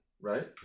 right